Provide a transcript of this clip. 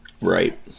Right